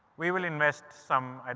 we will invest some,